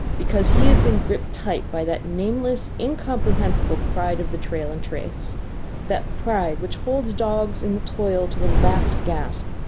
because he had been gripped tight by that nameless, incomprehensible pride of the trail and trace that pride which holds dogs in the toil to the last gasp,